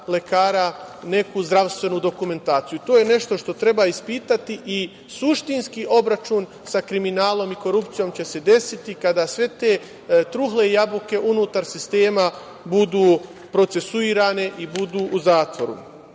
lekara neku zdravstvenu dokumentaciju. To je nešto što treba ispitati i suštinski obračun sa kriminalom i korupcijom će se desiti kada sve te „trule jabuke“ unutar sistema budu procesuirane i budu u zatvoru. Što